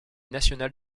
nationale